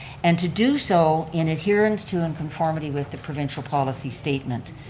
and to do so in adherence to and conformity with the provincial policy statement.